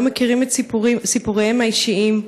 לא מכירים את סיפוריהם האישיים.